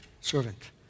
servant